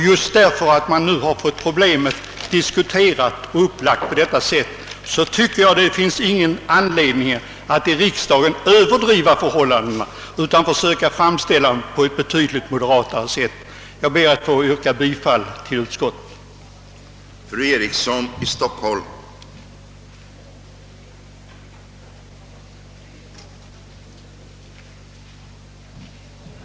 Bara därför att man har lagt upp problemet på detta sätt tycker jag inte det finns någon anledning att överdriva förhållandena för riksdagen, utan man bör i stället försöka framställa dem på ett betydligt moderatare sätt. Jag ber att få yrka bifall till utskottets hemställan.